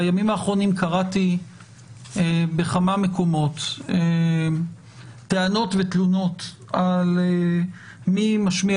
בימים האחרונים קראתי בכמה מקומות טענות ותלונות על מי משמיע